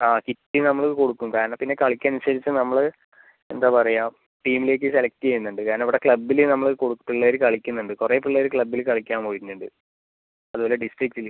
ആ കിറ്റ് നമ്മൾ കൊടുക്കും കാരണം പിന്നെ കളിക്ക് അനുസരിച്ച് നമ്മൾ എന്താണ് പറയുക ടീമിലേക്ക് സെലക്ട് ചെയ്യുന്നുണ്ട് കാരണം ഇവിടെ ക്ലബ്ബിൽ നമ്മൾ പിള്ളേർ കളിക്കുന്നുണ്ട് കുറേ പിള്ളേർ ക്ലബ്ബിൽ കളിക്കാൻ പോയിട്ടുണ്ട് അതുപോലെ ഡിസ്ട്രിക്ടിൽ